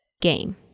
game